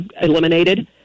eliminated